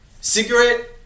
Cigarette